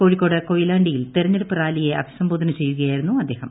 കോഴിക്കോട് കൊയിലാണ്ടിയിൽ തെരഞ്ഞെടുപ്പ് റാലിയെ അഭിസംബോധന ചെയ്യുകയായിരുന്നു അദ്ദേഹം